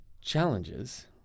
challenges